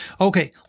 okay